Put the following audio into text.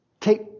take